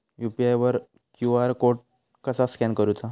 UPI वर QR code कसा scan करूचा?